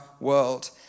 world